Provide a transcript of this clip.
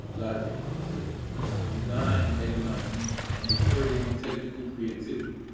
logic, systems design and economics and discouraging technical creativity.